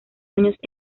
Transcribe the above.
años